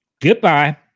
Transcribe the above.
goodbye